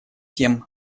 тем